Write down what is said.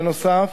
בנוסף,